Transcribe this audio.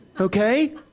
Okay